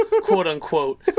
quote-unquote